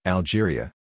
Algeria